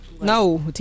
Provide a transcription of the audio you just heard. no